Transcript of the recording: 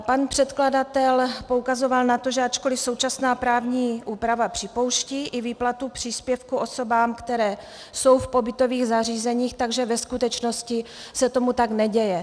Pan předkladatel poukazoval na to, že ačkoli současná právní úprava připouští i výplatu příspěvku osobám, které jsou v pobytových zařízeních, tak že ve skutečnosti se tomu tak neděje.